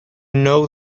know